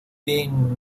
been